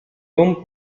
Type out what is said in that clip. dom